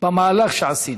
במהלך שעשינו.